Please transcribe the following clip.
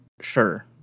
sure